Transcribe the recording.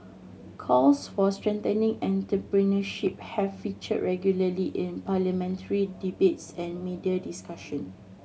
calls for strengthening entrepreneurship have featured regularly in parliamentary debates and media discussion